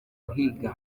guhiga